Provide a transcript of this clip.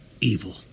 evil